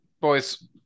boys